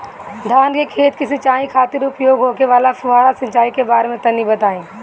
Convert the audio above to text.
धान के खेत की सिंचाई खातिर उपयोग होखे वाला फुहारा सिंचाई के बारे में तनि बताई?